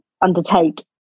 undertake